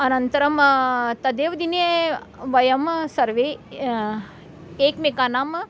अनन्तरं तदेव दिने वयं सर्वे एकमेकानाम्